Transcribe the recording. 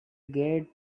get